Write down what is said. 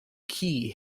key